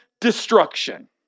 destruction